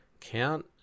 count